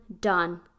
done